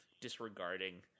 disregarding